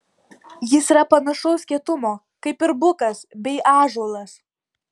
jis yra panašaus kietumo kaip ir bukas bei ąžuolas